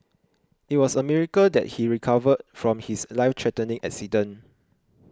it was a miracle that he recovered from his life threatening accident